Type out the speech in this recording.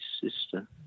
sister